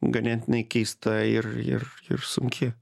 ganėtinai keista ir ir ir sunki